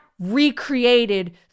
recreated